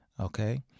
Okay